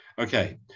Okay